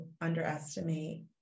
underestimate